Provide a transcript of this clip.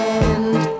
end